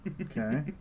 Okay